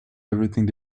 everything